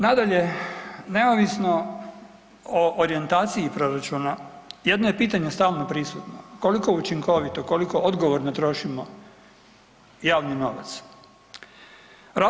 Nadalje, neovisno o orijentaciji proračuna jedno je pitanje stalno prisutno, koliko učinkovito, koliko odgovorno trošimo javni novac?